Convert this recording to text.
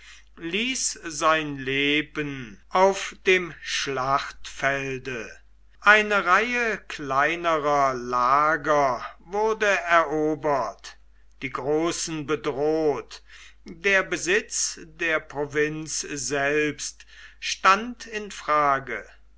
ließ sein leben auf dem schlachtfelde eine reihe kleinerer lager wurde erobert die großen bedroht der besitz der provinz selbst stand in frage